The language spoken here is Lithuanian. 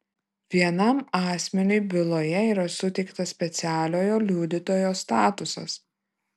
vienam asmeniui byloje yra suteiktas specialiojo liudytojo statusas